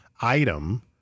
item